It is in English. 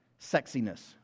sexiness